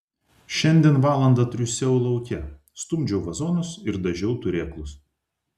šiandien valandą triūsiau lauke stumdžiau vazonus ir dažiau turėklus